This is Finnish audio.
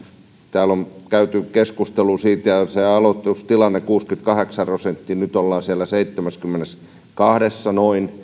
täällä on käyty keskustelua siitä ja se aloitustilanne oli kuusikymmentäkahdeksan prosenttia ja nyt ollaan siellä noin seitsemässäkymmenessäkahdessa